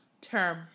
term